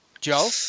Joe